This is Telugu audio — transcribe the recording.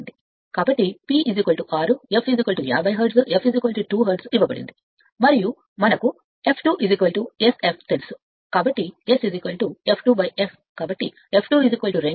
కాబట్టి P కి 6 f 50 హెర్ట్జ్ f 2 హెర్ట్జ్ ఇవ్వబడింది మరియు మనకు f2 Sf తెలుసు కాబట్టి S f2 f